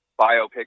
biopic